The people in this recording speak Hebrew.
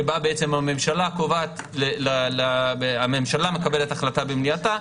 שבה הממשלה מקבלת החלטה במליאתה,